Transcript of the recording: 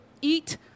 eat